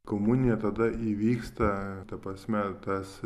komunija tada įvyksta ta prasme tas